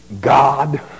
God